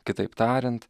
kitaip tariant